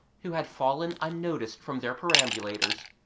who had fallen unnoticed from their perambulators,